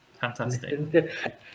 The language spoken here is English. Fantastic